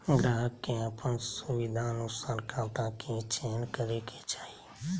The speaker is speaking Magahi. ग्राहक के अपन सुविधानुसार खाता के चयन करे के चाही